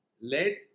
let